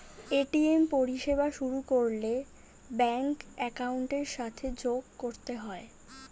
ATM পরিষেবা শুরু করলে ব্যাঙ্ক অ্যাকাউন্টের সাথে যোগ করতে হয়